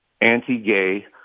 anti-gay